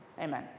Amen